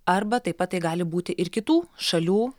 arba taip pat tai gali būti ir kitų šalių